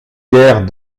guère